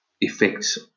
effects